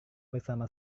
bersama